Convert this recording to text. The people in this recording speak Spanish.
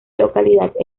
localidad